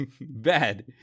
Bad